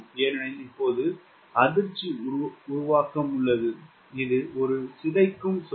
ஏனெனில் இப்போது அதிர்ச்சி உருவாக்கம் உள்ளது இது ஒரு சிதைக்கும் சொத்து